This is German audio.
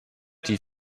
die